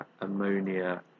ammonia